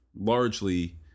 largely